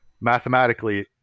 mathematically